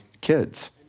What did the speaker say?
kids